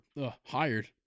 hired